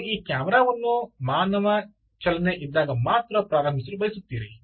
ನೀವು ಈ ಕ್ಯಾಮೆರಾ ವನ್ನು ಮಾನವ ಚಲನೆ ಇದ್ದಾಗ ಮಾತ್ರ ಪ್ರಾರಂಭಿಸಲು ಬಯಸುತ್ತೀರಿ